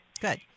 Good